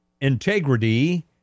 integrity